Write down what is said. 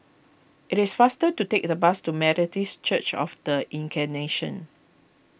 it is faster to take the bus to Methodist Church of the Incarnation